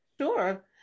Sure